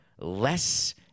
less